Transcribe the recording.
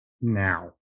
Now